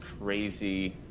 crazy